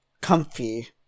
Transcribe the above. comfy